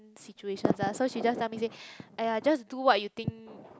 situation lah so she just tell me say !aiya! just do what you think